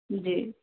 जी